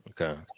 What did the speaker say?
Okay